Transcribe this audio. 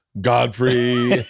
Godfrey